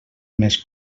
més